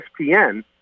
ESPN